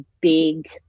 big